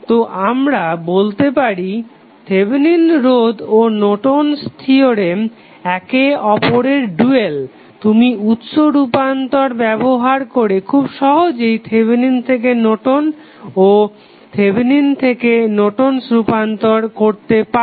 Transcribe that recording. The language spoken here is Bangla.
তো আমরা বলতে পারি থেভেনিন'স থিওরেম ও নর্টন'স থিওরেম Nortons theorem একে অপরের ডুয়াল তুমি উৎস রূপান্তর ব্যবহার করে খুব সহজেই নর্টন'স Nortons থেকে থেভেনিন ও থেভেনিন থেকে নর্টন'স Nortons রূপান্তর করতে পারো